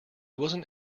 wasn’t